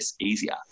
easier